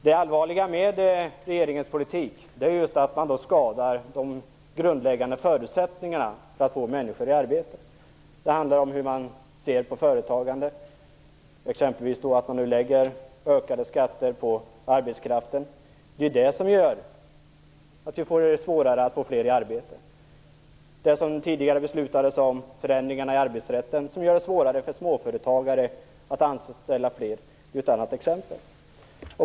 Det allvarliga med regeringens politik är just att den skadar de grundläggande förutsättningarna för att få människor i arbete. Det handlar om synen på företagande, t.ex. att man nu lägger ökade skatter på arbetskraften. Det är det som gör det svårare att få fler i arbete. De tidigare beslutade förändringarna i arbetsrätten, som gör det svårare för småföretagare att anställa fler, är ett annat exempel.